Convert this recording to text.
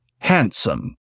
Handsome